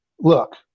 look